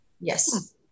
yes